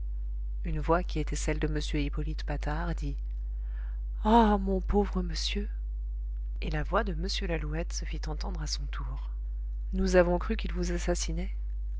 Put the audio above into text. une voix qui était celle de m hippolyte patard dit ah mon pauvre monsieur et la voix de m lalouette se fit entendre à son tour nous avons cru qu'ils vous